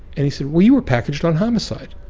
and he said, well, you were packaged on homicide.